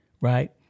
Right